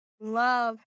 love